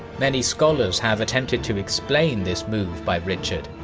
many scholars have attempted to explain this move by richard.